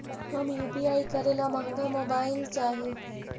हम यु.पी.आई करे ला महंगा मोबाईल चाही?